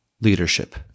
leadership